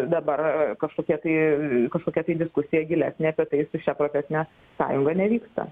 dabar kažkokia tai kažkokia tai diskusija gilesnė apie tai su šia profesine sąjunga nevyksta